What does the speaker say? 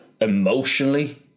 emotionally